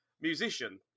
musician